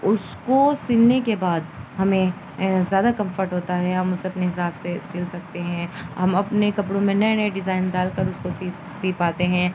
اس کو سلنے کے بعد ہمیں زیادہ کمفرٹ ہوتا ہے ہم اس اپنے حساب سے سل سکتے ہیں ہم اپنے کپڑوں میں نئے نئے ڈیزائن ڈال کر اس کو سی سی پاتے ہیں